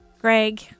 Greg